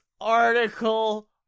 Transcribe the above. article